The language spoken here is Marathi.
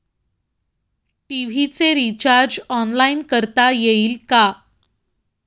टी.व्ही चे रिर्चाज ऑनलाइन करता येईल का?